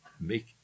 make